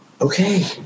Okay